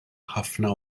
ħafna